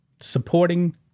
supporting